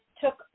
took